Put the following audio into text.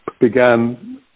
began